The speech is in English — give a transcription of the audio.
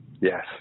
Yes